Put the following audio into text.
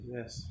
Yes